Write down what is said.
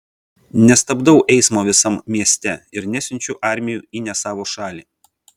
nestabdau eismo visam mieste ir nesiunčiu armijų į ne savo šalį